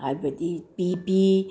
ꯍꯥꯏꯕꯗꯤ ꯕꯤ ꯄꯤ